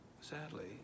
Sadly